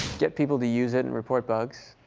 get people to use it and report bugs.